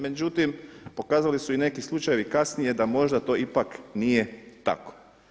Međutim, pokazali su i neki slučajevi kasnije da možda to ipak nije tako.